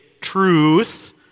truth